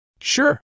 Sure